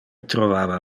trovava